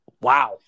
wow